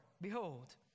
behold